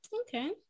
okay